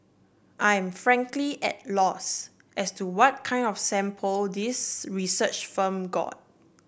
I am frankly at loss as to what kind of sample this research firm got